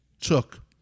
took